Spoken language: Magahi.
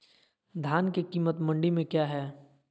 धान के कीमत मंडी में क्या है?